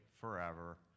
forever